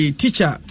teacher